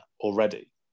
already